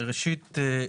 ראשית,